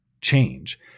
change